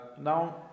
now